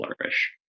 flourish